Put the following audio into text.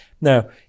Now